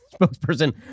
Spokesperson